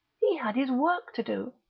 he had his work to do.